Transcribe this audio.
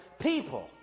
people